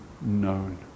known